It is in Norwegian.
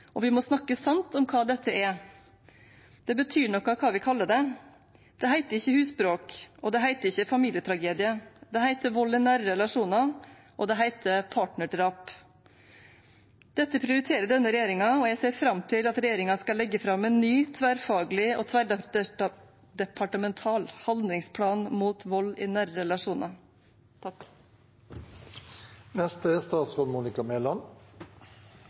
og vi må snakke sant om hva dette er. Det betyr noe hva vi kaller det. Det heter ikke husbråk, og det heter ikke familietragedie. Det heter vold i nære relasjoner, og det heter partnerdrap. Dette prioriterer denne regjeringen, og jeg ser fram til at regjeringen skal legge fram en ny, tverrfaglig og tverrdepartemental handlingsplan mot vold i